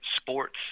sports